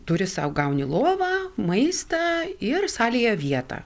turi sau gauni lovą maistą ir salėje vietą